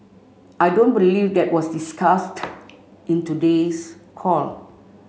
I don't believe that was discussed in today's call